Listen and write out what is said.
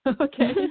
Okay